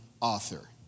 author